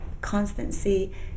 constancy